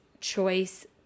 choice